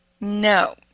No